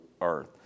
earth